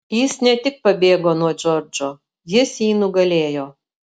jis ne tik pabėgo nuo džordžo jis jį nugalėjo